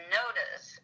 notice